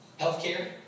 healthcare